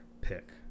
pick